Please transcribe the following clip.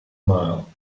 mile